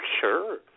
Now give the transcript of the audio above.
Sure